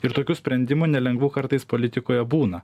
ir tokių sprendimų nelengvų kartais politikoje būna